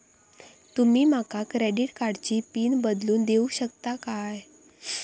तुमी माका क्रेडिट कार्डची पिन बदलून देऊक शकता काय?